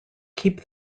keep